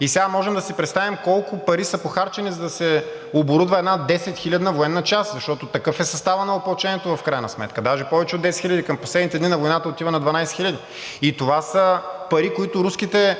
и сега можем да си представим колко пари са похарчени, за да се оборудва една 10 хилядна военна част, защото такъв е съставът на Опълчението в крайна сметка, даже повече от 10 хиляди към последните дни на войната отива на 12 хиляди, и това са пари, които руските